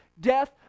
death